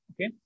okay